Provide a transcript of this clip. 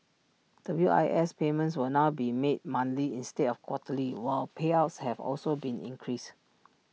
W I S payments will now be made monthly instead of quarterly while payouts have also been increased